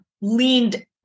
leaned